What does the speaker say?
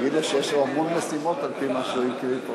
תגיד לו שיש לו המון משימות על-פי מה שהוא הקריא פה